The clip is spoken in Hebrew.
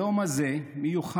היום הזה מיוחד.